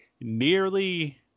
nearly